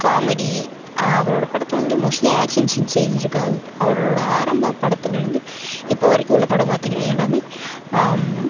comedy அவரோடய படத்தில் வந்து மோஸ்ட்லி ஆக்ஷன் சீன்ஸே இருக்காது அவரோடய ஆரம்பம் படத்திலேருந்து இப்போ வரைக்கும் உள்ள படம் பார்த்திங்கனா எல்லாமே